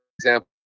example